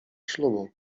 ślubu